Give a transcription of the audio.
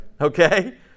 Okay